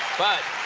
but